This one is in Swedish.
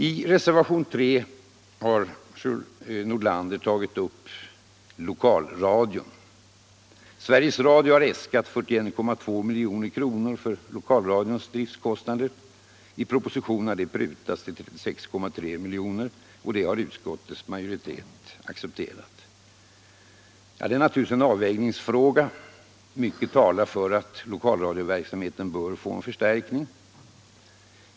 I reservationen 3 har fru Nordlander tagit upp lokalradion. Sveriges Radio har äskat 41,2 milj.kr. för lokalradions driftkostnader. I propositionen har detta prutats ner till 36,3 milj.kr., vilket utskottets majoritet har accepterat. Det är naturligtvis en avvägningsfråga. Mycket talar för att lokalradioverksamheten bör få en förstärkning.